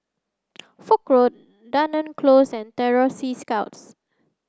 Foch Road Dunearn Close and Terror Sea Scouts